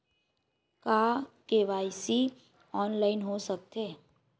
का KYC online हो सकथे?